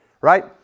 Right